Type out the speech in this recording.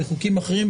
בחוקים אחרים,